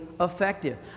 effective